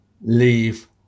leave